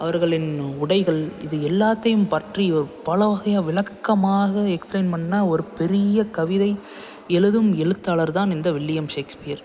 அவர்களின் உடைகள் இது எல்லாத்தையும் பற்றி ஒரு பலவகையாக விளக்கமாக எக்ஸ்பிளைன் பண்ண ஒரு பெரிய கவிதை எழுதும் எழுத்தாளர் தான் இந்த வில்லியம் ஷேக்ஸ்பியர்